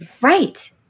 Right